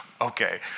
okay